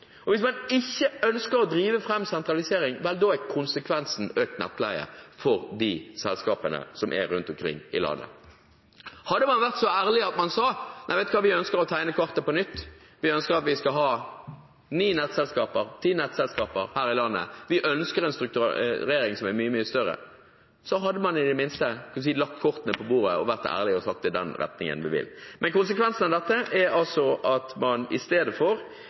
Hvis man ikke ønsker å drive fram sentralisering, da er konsekvensen økt nettleie for de selskapene som er rundt omkring i landet. Hadde man enda vært så ærlig at man sa: Vet du hva, vi ønsker å tegne kartet på nytt, vi ønsker at vi skal ha ni-ti nettselskaper her i landet. Vi ønsker en strukturering som er mye, mye større. Da hadde man i det minste lagt kortene på bordet og vært ærlige og sagt at det er i den retningen vi vil. Men konsekvensene av dette er altså at man i stedet for